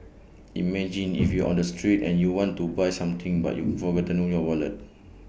imagine if you're on the street and you want to buy something but you've forgotten your wallet